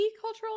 cultural